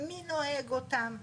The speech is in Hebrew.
מי נוהג אותם?